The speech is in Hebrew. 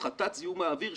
הפחתת זיהום האוויר,